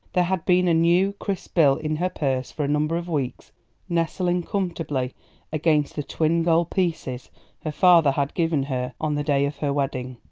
there had been a new, crisp bill in her purse for a number of weeks nestling comfortably against the twin gold pieces her father had given her on the day of her wedding.